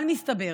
אבל מסתבר